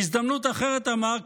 בהזדמנות אחרת אמר,